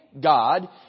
God